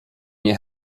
nie